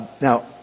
Now